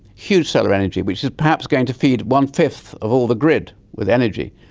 huge solar energy which is perhaps going to feed one-fifth of all the grid with energy.